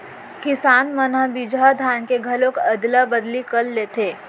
किसान मन ह बिजहा धान के घलोक अदला बदली कर लेथे